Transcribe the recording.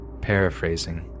paraphrasing